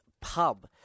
pub